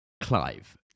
Clive